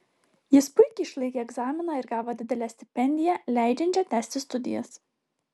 jis puikiai išlaikė egzaminą ir gavo didelę stipendiją leidžiančią tęsti studijas